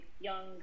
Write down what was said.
young